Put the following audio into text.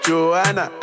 Joanna